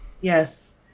Yes